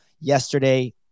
yesterday